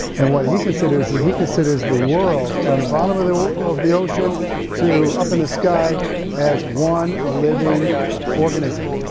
and what he considers, he considers the world from the bottom of the of the ocean to up in the sky as one living organism,